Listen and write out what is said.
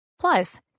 Plus